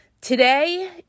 Today